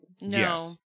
No